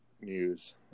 news